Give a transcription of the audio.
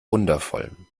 wundervoll